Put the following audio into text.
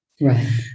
Right